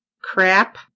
crap